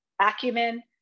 acumen